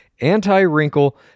anti-wrinkle-